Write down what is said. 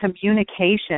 communication